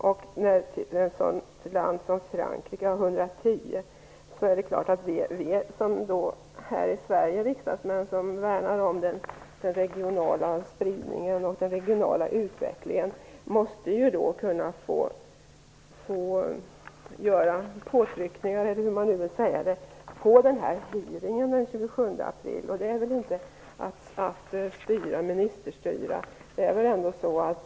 Ett land som Frankrike har 110. Vi riksdagsmän här i Sverige som värnar om spridningen och den regionala utvecklingen måste ju då kunna få göra påtryckningar på hearingen den 27 april. Det är väl inte ministerstyre?